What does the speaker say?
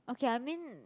okay I mean